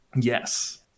yes